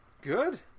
Good